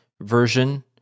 version